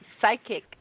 psychic